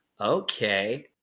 Okay